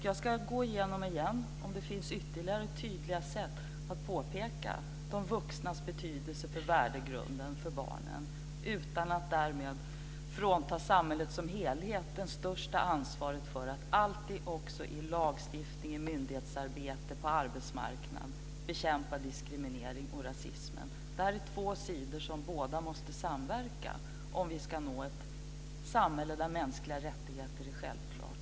Jag ska återigen gå igenom om det finns ytterligare tydliga sätt att påpeka de vuxnas betydelse för värdegrunden och för barnen utan att därmed frånta samhället som helhet det största ansvaret för att alltid i lagstiftning, myndighetsarbete och på arbetsmarknad bekämpa diskriminering och rasism. Det här är två sidor som båda måste samverka om vi ska nå ett samhälle där mänskliga rättigheter är självklara.